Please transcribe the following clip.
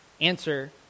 answer